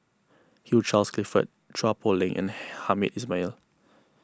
Hugh Charles Clifford Chua Poh Leng and Hamed Ismail